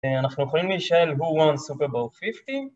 אנחנו יכולים להשאל מי רוצה סופרבול 50?